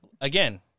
again